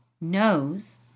knows